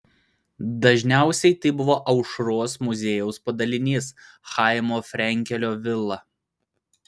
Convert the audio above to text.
dažniausiai tai buvo aušros muziejaus padalinys chaimo frenkelio vila